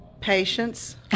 Patience